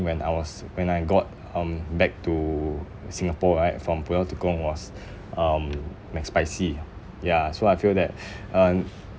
when I was when I got um back to singapore right from pulau-tekong was um mcspicy ya so I feel that um